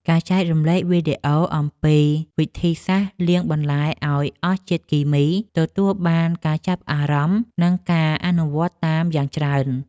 ការចែករំលែកវីដេអូអំពីវិធីសាស្ត្រលាងបន្លែឱ្យអស់ជាតិគីមី ទទួលបានការចាប់អារម្មណ៍និងការអនុវត្តតាមយ៉ាងច្រើន។